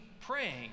praying